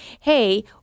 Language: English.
hey